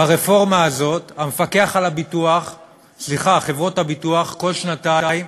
ברפורמה הזאת חברות הביטוח בכל שנתיים